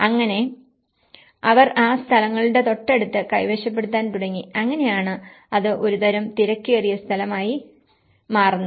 അങ്ങനെ അവർ ആ സ്ഥലങ്ങളുടെ തൊട്ടടുത്ത് കൈവശപ്പെടുത്താൻ തുടങ്ങി അങ്ങനെയാണ് അത് ഒരുതരം തിരക്കേറിയ സ്ഥലമായി മാറുന്നത്